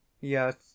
Yes